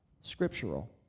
scriptural